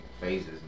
phases